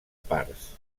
parts